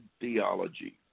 theology